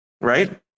Right